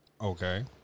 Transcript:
Okay